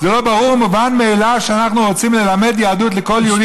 זה לא ברור ומובן מאליו שאנחנו רוצים ללמד יהדות לכל יהודי,